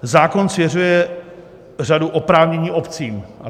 Zákon svěřuje řadu oprávnění obcím.